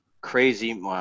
crazy